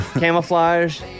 camouflage